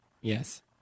Yes